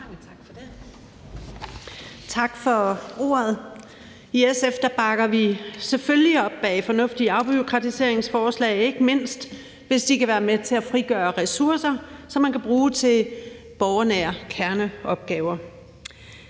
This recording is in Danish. Tak for ordet. I SF bakker vi selvfølgelig op om fornuftige afbureaukratiseringsforslag, ikke mindst hvis de kan være med til at frigøre ressourcer, som man kan bruge til borgernære kerneopgaver.